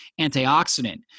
antioxidant